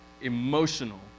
emotional